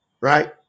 Right